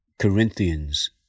Corinthians